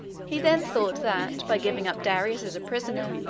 he then thought that, by giving up darius as a prisoner,